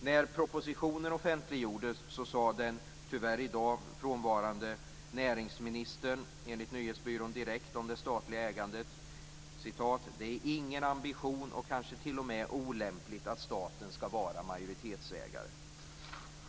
När propositionen offentliggjordes sade den tyvärr i dag frånvarande näringsministern, enligt nyhetsbyrån Direkt, om det statliga ägandet: Det är ingen ambition och kanske t.o.m. olämpligt att staten ska vara majoritetsägare.